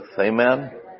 Amen